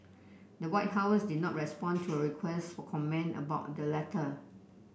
the White House did not respond to a request for comment about the letter